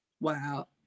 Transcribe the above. Wow